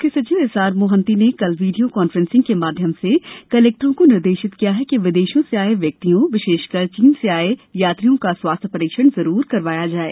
मुख्य सचिव S R Mohanty ने कल वीडियो कॉन्फ्रेंसिंग के माध्यम से कलेक्टरों को निर्देशित किया कि विदेशों से आये यात्रियों विशेषकर चीन से आये यात्रियों का स्वास्थ्य परीक्षण जरूर करवाया जाये